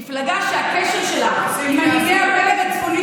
מפלגה שהקשר שלה עם מנהיגי הפלג הצפוני,